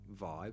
vibe